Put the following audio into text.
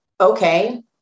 okay